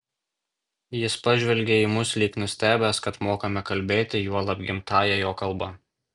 jis pažvelgė į mus lyg nustebęs kad mokame kalbėti juolab gimtąja jo kalba